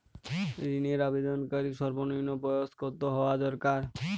ঋণের আবেদনকারী সর্বনিন্ম বয়স কতো হওয়া দরকার?